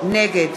נגד